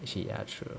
actually ah true